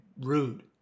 rude